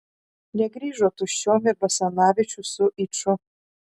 negrįžo tuščiom ir basanavičius su yču